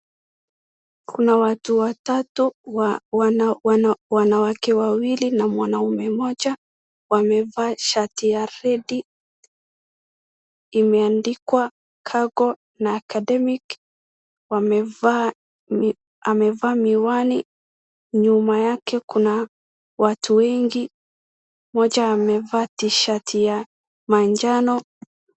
Kuna watu watatu, wanawake wawili na wanaume mmoja, wamevaa shati ya red , imeandikwa cargo na academic , wamevaa, amevaa miwani, nyuma yake kuna watu wengi, moja amevaa t-shirt ya manjano.